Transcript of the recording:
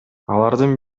алардын